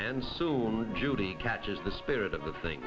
and soon judy catches the spirit of the thing